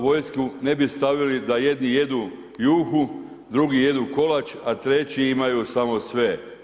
Vojsku ne bi stavili da jedni jedu juhu, drugi jedu kolač, a treći imaju samo sve.